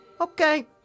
Okay